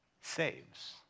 Saves